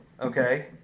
Okay